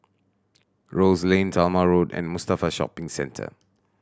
Rose Lane Talma Road and Mustafa Shopping Centre